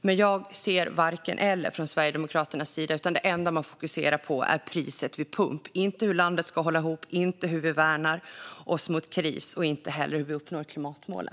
Men jag ser varken eller från Sverigedemokraternas sida, utan det enda man fokuserar på är priset vid pump - inte hur landet ska hålla ihop, inte hur vi värnar oss mot kris och inte heller hur vi uppnår klimatmålen.